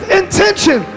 intention